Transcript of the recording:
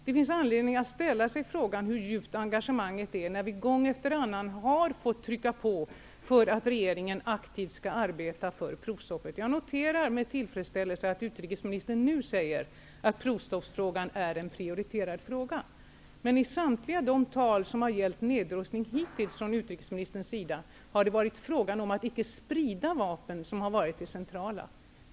Det finns anledning att ställa sig frågan hur djupt engagemanget är, när vi gång efter annan har fått trycka på för att regeringen aktivt skall arbeta för provstoppet. Jag noterar med tillfredsställelse att utrikesministern nu säger att provstoppsfrågan är en prioriterad fråga, men i samtliga tal av utrikesministern har det hittills varit frågan om att icke sprida vapen som har varit den centrala.